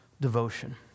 devotion